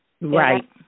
Right